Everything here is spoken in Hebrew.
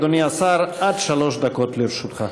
אדוני השר, עד שלוש דקות לרשותך.